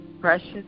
precious